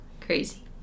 Crazy